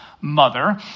mother